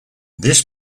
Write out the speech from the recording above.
this